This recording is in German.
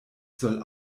soll